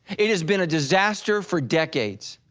it has been a disaster for decades,